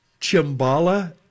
Chimbala